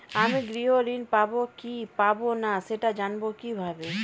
আমি গৃহ ঋণ পাবো কি পাবো না সেটা জানবো কিভাবে?